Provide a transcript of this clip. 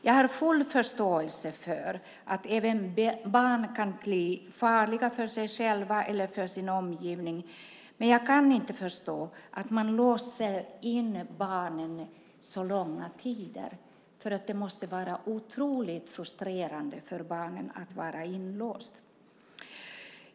Jag har full förståelse för att även barn kan bli farliga för sig själva eller för sin omgivning, men jag kan inte förstå att man låste in barnen så långa tider. Det måste vara otroligt frustrerande för barnen att vara inlåsta.